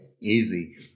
easy